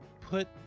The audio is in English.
put